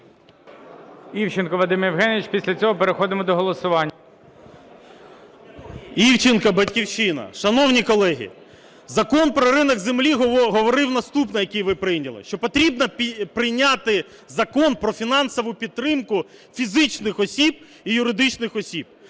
Івченко, "Батьківщина". Шановні колеги, Закон про ринок землі говорив наступне, який ви прийняли, що потрібно прийняти Закон про фінансову підтримку фізичних осіб і юридичних осіб.